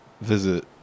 visit